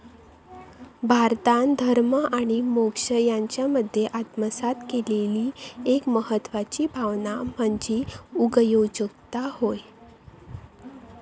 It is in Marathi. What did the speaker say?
भारतान धर्म आणि मोक्ष यांच्यामध्ये आत्मसात केलेली एक महत्वाची भावना म्हणजे उगयोजकता होय